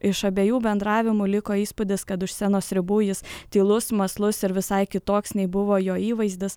iš abiejų bendravimų liko įspūdis kad už scenos ribų jis tylus mąslus ir visai kitoks nei buvo jo įvaizdis